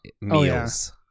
meals